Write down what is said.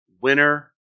winner